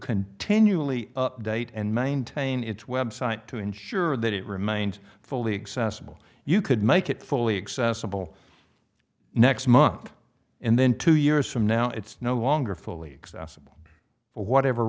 continually update and maintain its website to ensure that it remains fully accessible you could make it fully accessible next month and then two years from now it's no longer fully accessible for whatever